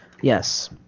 Yes